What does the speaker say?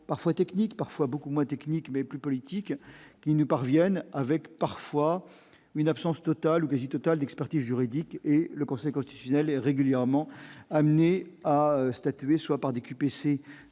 parfois technique parfois beaucoup moins technique mais plus politique qui nous parviennent, avec parfois une absence totale ou quasi totale d'expertise juridique et le Conseil constitutionnel est régulièrement amené à statuer, soit par des QPC